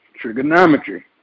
trigonometry